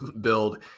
build